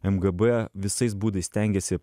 mgb visais būdais stengėsi